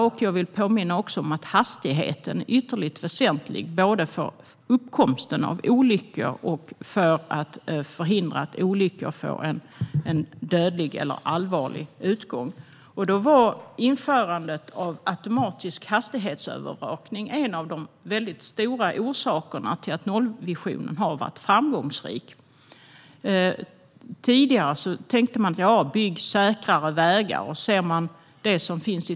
Jag vill också påminna om att hastigheten är ytterligt väsentlig både för uppkomsten av olyckor och för att förhindra att olyckor får dödlig eller allvarlig utgång. Införandet av automatisk hastighetsövervakning är en av de mycket stora orsakerna till att nollvisionen har varit framgångsrik. Tidigare tänkte man: Bygg säkrare vägar.